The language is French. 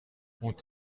ont